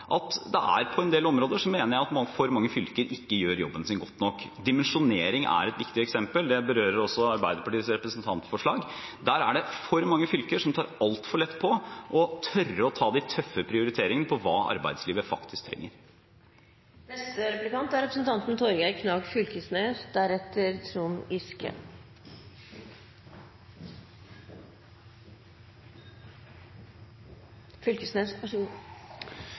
at det på en del områder er for mange fylker som ikke gjør jobben sin godt nok. Dimensjonering er et viktig eksempel. Det berører også Arbeiderpartiets representantforslag. Der er det for mange fylker som tar altfor lett på å tørre å ta de tøffe prioriteringene ut fra hva arbeidslivet faktisk trenger. Eg synest ministeren har ein ganske slapp definisjon av «handlekraft». Handlekraft er